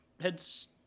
heads